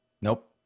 Nope